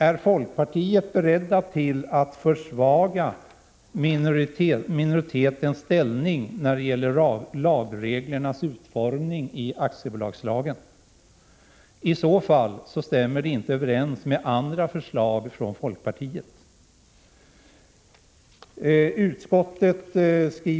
Är folkpartiet berett att försvaga minoritetens ställning när det gäller lagreglernas utformning i aktiebolagslagen? I så fall stämmer det inte överens med andra förslag från folkpartiet.